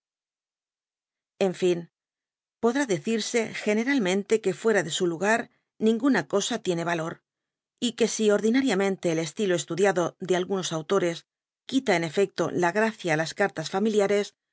en fin podrá decirse generalmente que fuera de su lugar nnigtma cosa tiene valor y que si ordinariamente el estilo estudiado de algunos autores quita en efecto la grada á las cartjas fajniliares